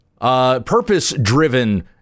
purpose-driven